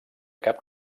cap